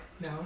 No